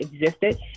existed